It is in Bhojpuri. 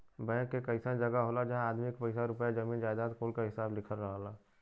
बैंक एक अइसन जगह होला जहां आदमी के पइसा रुपइया, जमीन जायजाद कुल क हिसाब लिखल रहला